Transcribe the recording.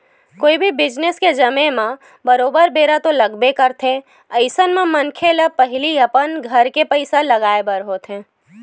कोनो भी बिजनेस के जमें म बरोबर बेरा तो लगबे करथे अइसन म मनखे ल पहिली अपन घर के पइसा लगाय बर होथे